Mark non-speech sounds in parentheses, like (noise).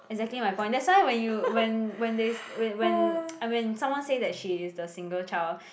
exactly my point that's why when you when when they when when (noise) when someone say that she is the single child